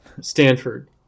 Stanford